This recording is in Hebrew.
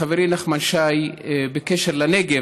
חברי נחמן שי, בקשר לנגב: